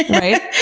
right?